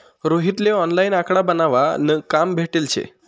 रोहित ले ऑनलाईन आकडा बनावा न काम भेटेल शे